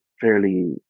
fairly